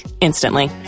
instantly